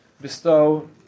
bestow